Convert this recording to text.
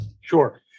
Sure